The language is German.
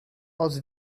aus